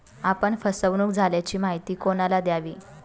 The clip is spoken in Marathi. आपण फसवणुक झाल्याची माहिती कोणाला द्यावी?